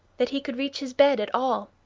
that he could reach his bed at all.